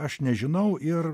aš nežinau ir